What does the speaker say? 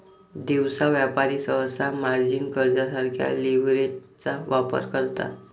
दिवसा व्यापारी सहसा मार्जिन कर्जासारख्या लीव्हरेजचा वापर करतात